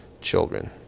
children